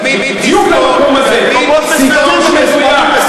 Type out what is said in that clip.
אתה, אתם, בדיוק למקום הזה, ציטוט מדויק.